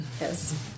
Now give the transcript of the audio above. Yes